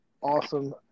awesome